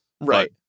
right